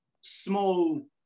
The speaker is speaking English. small